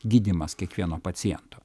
gydymas kiekvieno paciento